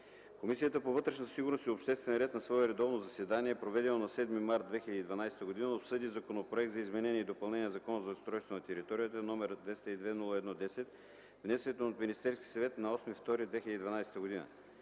Комисията по вътрешна сигурност и обществен ред на свое редовно заседание, проведено на 7 март 2012 г., обсъди Законопроекта за изменение и допълнение на Закона за устройство на територията, № 202-01-10, внесен от Министерския съвет на 8 февруари